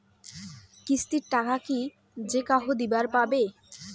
কিস্তির টাকা কি যেকাহো দিবার পাবে?